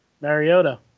Mariota